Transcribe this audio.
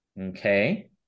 Okay